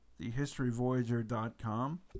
thehistoryvoyager.com